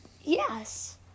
Yes